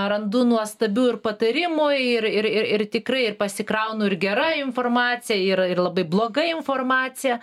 randu nuostabių ir patarimų ir ir ir tikrai ir pasikraunu ir gera informacija ir ir labai bloga informacija